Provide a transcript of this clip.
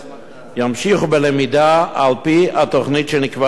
ימשיכו בלמידה על-פי התוכנית שנקבעה להם,